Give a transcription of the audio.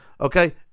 Okay